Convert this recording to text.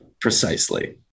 Precisely